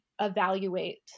evaluate